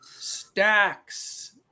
Stacks